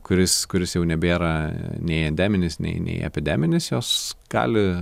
kuris kuris jau nebėra nei endeminis nei nei epideminis jos gali